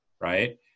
Right